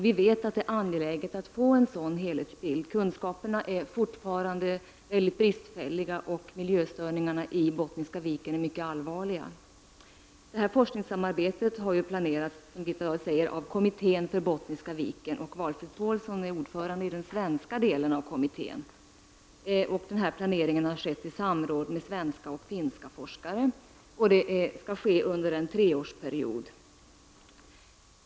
Vi vet att det är angeläget att få en sådan helhetsbild. Kunskaperna är fortfarande mycket bristfälliga och miljöstörningarna i Bottniska viken är mycket allvarliga. Forskningssamarbetet har planerats, som Birgitta Dahl säger, av Kommittén för Bottniska Viken, och Valfrid Paulsson är ordförande i den svenska delen av kommittén. Den här planeringen har skett i samråd mellan svenska och finska forskare. Forskningssamarbetet skall ske under en treårsperiod.